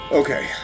okay